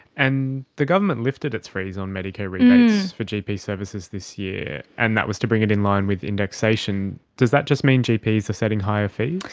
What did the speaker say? and the government lifted its fees on medicare rebates for gp services this year and that was to bring it in line with indexation. does that just mean gps are setting higher fees?